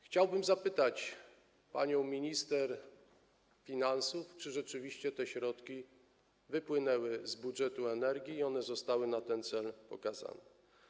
Chciałbym zapytać panią minister finansów, czy rzeczywiście te środki wypłynęły z budżetu resortu energii i zostały na ten cel przekazane.